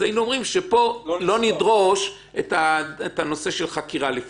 הנושא של עבירות